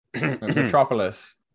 metropolis